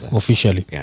officially